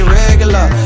regular